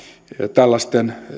tällaisten